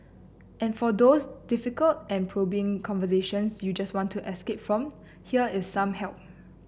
and for those difficult and probing conversations you just want to escape from here is some help